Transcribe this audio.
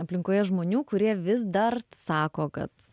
aplinkoje žmonių kurie vis dar sako kad